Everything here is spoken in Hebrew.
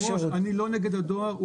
היושב ראש, אני לא נגד הדואר.